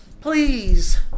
please